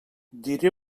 diré